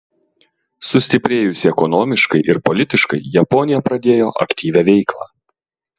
sustiprėjusi ekonomiškai ir politiškai japonija pradėjo aktyvią veiklą